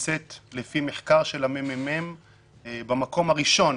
נמצאת לפי מחקר של הממ"מ במקום הראשון,